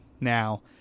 now